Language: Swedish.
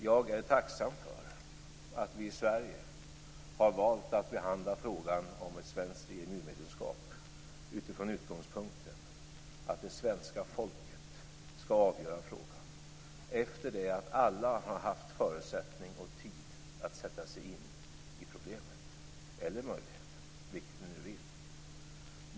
Jag är tacksam för att vi i Sverige har valt att behandla frågan om ett svenskt EMU medlemskap utifrån utgångspunkten att det svenska folket skall avgöra frågan efter det att alla har haft förutsättning och tid att sätta sig in i problemet eller möjligheten - vilket man nu anser.